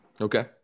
okay